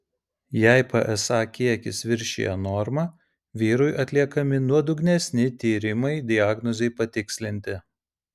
jei psa kiekis viršija normą vyrui atliekami nuodugnesni tyrimai diagnozei patikslinti